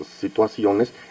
situaciones